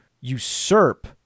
usurp